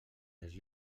els